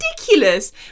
ridiculous